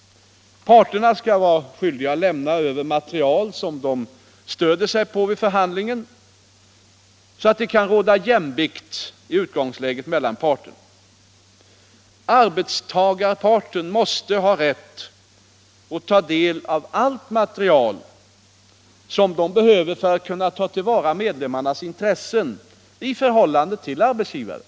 Parterna skall vara skyldiga att lämna över material som de stöder sig på vid förhandlingen, så att det kan råda jämvikt i utgångsläget mellan parterna. Arbetstagarparten måste ha rätt att ta del av allt material som den behöver för att kunna ta till vara medlemmarnas intressen i förhållande till arbetsgivaren.